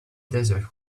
desert